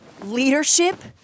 Leadership